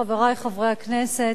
חברי חברי הכנסת,